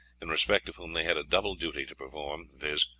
in respect of whom they had a double duty to perform, viz,